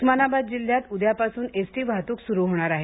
उस्मानाबाद जिल्ह्यात उद्यापासून एसटी वाहतूक सुरू होणार आहे